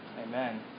Amen